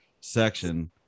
section